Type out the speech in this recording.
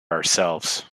ourselves